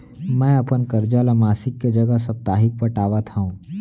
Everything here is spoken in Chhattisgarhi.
मै अपन कर्जा ला मासिक के जगह साप्ताहिक पटावत हव